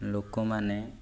ଲୋକମାନେ